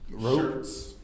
Shirts